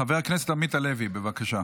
חבר הכנסת עמית הלוי, בבקשה.